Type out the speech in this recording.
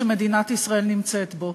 שמדינת ישראל נמצאת בו.